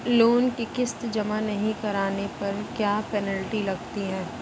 Loan की किश्त जमा नहीं कराने पर क्या पेनल्टी लगती है?